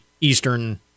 eastern